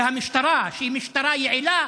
והמשטרה, שהיא משטרה יעילה,